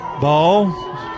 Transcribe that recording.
Ball